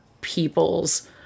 people's